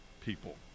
people